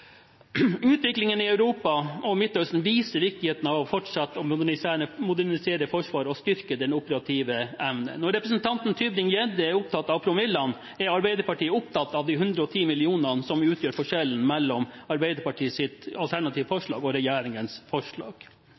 Utviklingen i Europa og Midtøsten viser viktigheten av fortsatt å modernisere Forsvaret og styrke den operative evnen. Mens representanten Tybring-Gjedde er opptatt av promillene, er Arbeiderpartiet opptatt av de 110 mill. kr som utgjør forskjellen mellom Arbeiderpartiets alternative forslag og regjeringens forslag.